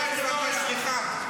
לך תבקש סליחה.